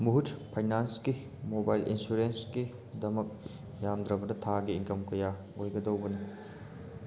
ꯃꯨꯍꯨꯠ ꯐꯥꯏꯅꯥꯟꯁꯀꯤ ꯃꯣꯕꯥꯏꯜ ꯏꯟꯁꯨꯔꯦꯟꯁꯀꯤ ꯗꯃꯛ ꯌꯥꯝꯗ꯭ꯔꯕꯗ ꯊꯥꯒꯤ ꯏꯟꯀꯝ ꯀꯌꯥ ꯑꯣꯏꯒꯗꯧꯕꯅꯣ